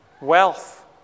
wealth